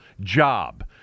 job